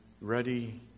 ready